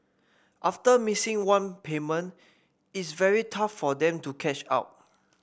after missing one payment it's very tough for them to catch up